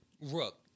Rook